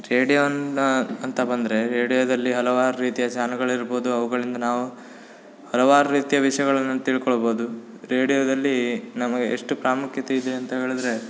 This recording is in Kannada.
ರೇಡಿಯೋವನ್ನ ಅಂತ ಬಂದರೆ ರೇಡಿಯೋದಲ್ಲಿ ಹಲವಾರು ರೀತಿಯ ಚಾನೆಲ್ಗಳು ಇರ್ಬೌದು ಅವ್ಗಳಿಂದ ನಾವು ಹಲವಾರು ರೀತಿಯ ವಿಷಯಗಳನ್ನ ತಿಳ್ಕೊಳ್ಬೌದು ರೇಡಿಯೋದಲ್ಲಿ ನಮಗೆ ಎಷ್ಟು ಪ್ರಾಮುಖ್ಯತೆ ಇದೆ ಅಂತ ಹೇಳಿದರೆ